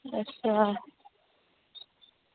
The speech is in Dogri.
अच्छा